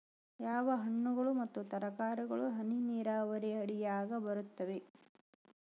ಯಾವ ಹಣ್ಣುಗಳು ಮತ್ತು ತರಕಾರಿಗಳು ಹನಿ ನೇರಾವರಿ ಅಡಿಯಾಗ ಬರುತ್ತವೆ?